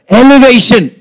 elevation